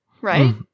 right